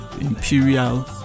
imperial